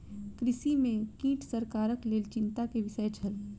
कृषि में कीट सरकारक लेल चिंता के विषय छल